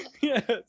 Yes